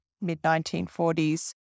mid-1940s